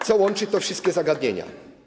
Co łączy te wszystkie zagadnienia?